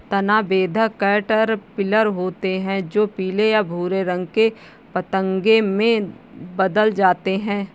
तना बेधक कैटरपिलर होते हैं जो पीले या भूरे रंग के पतंगे में बदल जाते हैं